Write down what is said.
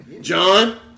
John